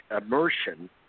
immersion